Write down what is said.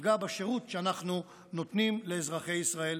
שתפגע בשירות שאנחנו נותנים לאזרחי ישראל.